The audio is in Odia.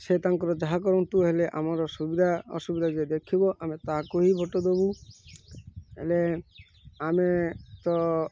ସେ ତାଙ୍କର ଯାହା କରନ୍ତୁ ହେଲେ ଆମର ସୁବିଧା ଅସୁବିଧା ଯିଏ ଦେଖିବ ଆମେ ତାହାକୁ ହିଁ ଭୋଟ୍ ଦବୁ ହେଲେ ଆମେତ